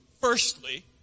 firstly